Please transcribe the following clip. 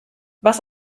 was